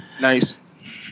Nice